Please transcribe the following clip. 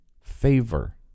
favor